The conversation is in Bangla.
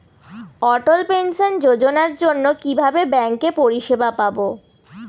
অটল পেনশন যোজনার জন্য কিভাবে ব্যাঙ্কে পরিষেবা পাবো?